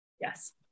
Yes